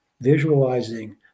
visualizing